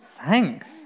Thanks